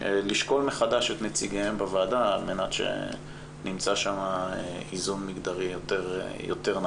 לשקול מחדש את נציגיהם בוועדה על מנת שיימצא שם איזון מגדרי יותר נכון.